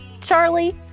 Charlie